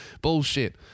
bullshit